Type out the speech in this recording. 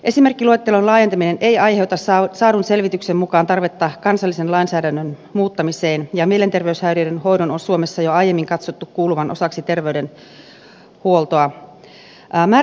esimerkkiluettelon laajentaminen ei aiheuta saadun selvityksen mukaan tarvetta kansallisen lainsäädännön muuttamiseen ja mielenterveyshäiriöiden hoidon on suomessa jo aiemmin katsottu kuuluvan osaksi terveydenhuoltoa